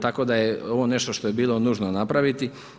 Tako da je ovo nešto što je bilo nužno napraviti.